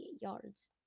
yards